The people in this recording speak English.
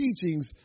teachings